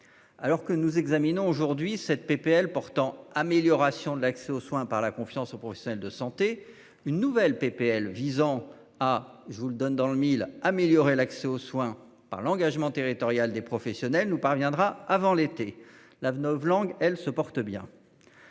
Alors que nous examinons aujourd'hui cette PPL portant amélioration de l'accès aux soins par la confiance au Bruxelles de santé une nouvelle PPL visant à, je vous le donne dans le 1000. Améliorer l'accès aux soins par l'engagement territorial des professionnels nous parviendra avant l'été la novlangue elle se porte bien.